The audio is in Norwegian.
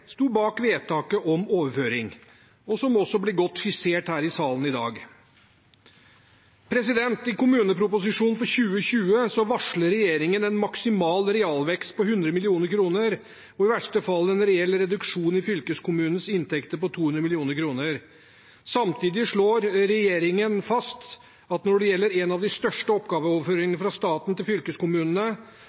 sto bak vedtaket om overføring, som også blir godt skissert her i salen i dag. I kommuneproposisjonen for 2020 varsler regjeringen en maksimal realvekst på 100 mill. kr og i verste fall en reell reduksjon i fylkeskommunens inntekter på 200 mill. kr. Samtidig slår regjeringen fast at når det gjelder en av de største oppgaveoverføringene fra staten til fylkeskommunene,